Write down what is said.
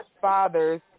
fathers